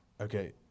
Okay